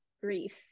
grief